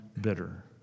bitter